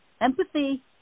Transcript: Empathy